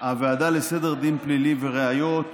הוועדה לסדר דין פלילי וראיות,